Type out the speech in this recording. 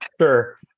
Sure